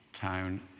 town